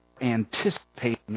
anticipating